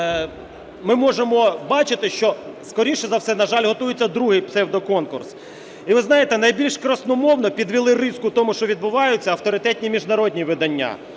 ми можемо бачити, що скоріше за все, на жаль, готується другий псевдоконкурс. І ви знаєте, найбільш красномовно підвели риску тому, що відбувається, авторитетні міжнародні видання.